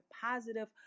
positive